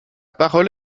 parole